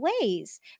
ways